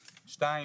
שתיים,